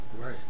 Right